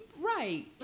Right